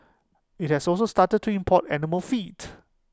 IT has also started to import animal feet